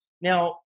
Now